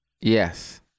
Yes